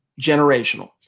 generational